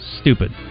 Stupid